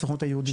הסוכנות היהודית.